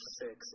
six